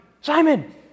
Simon